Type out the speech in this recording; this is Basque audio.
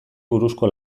buruzko